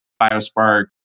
Biospark